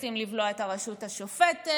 רוצים לבלוע את הרשות השופטת.